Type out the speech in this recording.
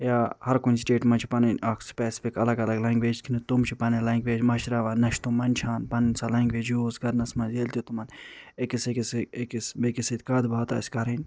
یا ہر کُنہِ سِٹیٹہِ منٛز چھِ پنٕنۍ اَکھ سُپیسفِک الگ الگ لنٛگویج یَتھ کٔنۍ نہٕ تِم چھِ پنٕنۍ لنٛگویج مٔشراوان نَہ چھِ تٕم منٛدٕچھان پنٕنۍ سۄ لنٛگویج یوٗز کرنَس منٛز ییٚلہِ تہِ تِمن أکِس أکِس سۭتۍ أکِس بیٚیِس سۭتۍ کَتھ باتھ آسہِ کَرٕنۍ